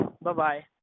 Bye-bye